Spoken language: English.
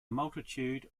multitude